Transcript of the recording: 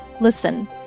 listen